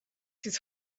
his